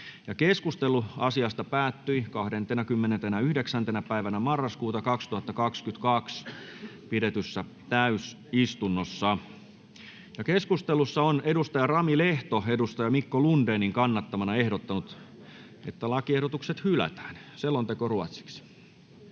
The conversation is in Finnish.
Keskustelu asiasta päättyi 29.11.2022 pidetyssä täysistunnossa. Keskustelussa on Rami Lehto Mikko Lundénin kannattamana ehdottanut, että lakiehdotukset hylätään. Toiseen käsittelyyn